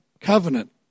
covenant